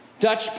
Dutch